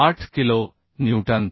08 kilo Newton